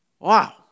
Wow